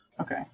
Okay